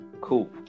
Cool